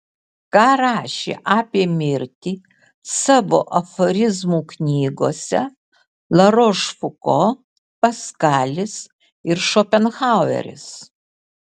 ką rašė apie mirtį savo aforizmų knygose larošfuko paskalis ir šopenhaueris